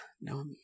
no